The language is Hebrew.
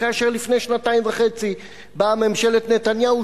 וכאשר לפני שנתיים וחצי באה ממשלת נתניהו,